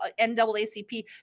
NAACP